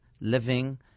living